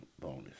bonus